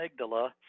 amygdala